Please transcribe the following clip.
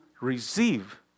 receive